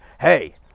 hey